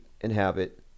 inhabit